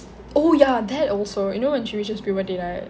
oh ya that also you know when she reaches puberty right